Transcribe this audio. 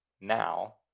now